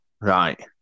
Right